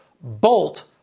Bolt